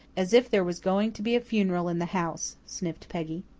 as if there was going to be a funeral in the house, sniffed peggy.